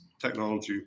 technology